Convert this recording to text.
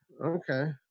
okay